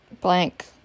blank